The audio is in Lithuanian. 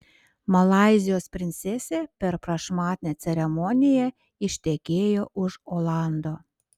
malaizijos princesė per prašmatnią ceremoniją ištekėjo už olando